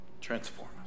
Transform